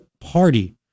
party